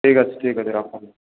ଠିକ୍ ଅଛି ଠିକ୍ ଅଛି ରଖନ୍ତୁ